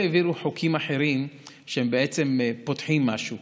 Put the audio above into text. אבל לא העבירו חוקים אחרים שבעצם פותחים משהו,